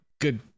good